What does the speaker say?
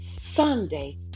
Sunday